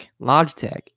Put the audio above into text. Logitech